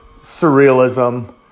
surrealism